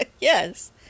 Yes